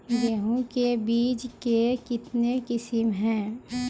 गेहूँ के बीज के कितने किसमें है?